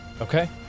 Okay